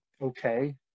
okay